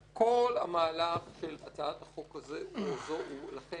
כל המהלך של הצעת החוק הזו הוא לכן בעייתי.